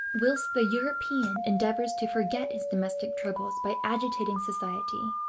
whilst the european endeavors to forget his domestic troubles by agitating society,